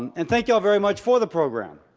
and thank you all very much for the program.